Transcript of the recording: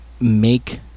make